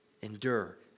Endure